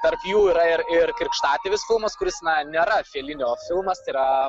tarp jų yra ir ir krikštatėvis filmas kuris na nėra felinio filmas tai yra